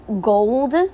gold